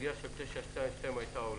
כשהסוגיה של 922 הייתה עולה,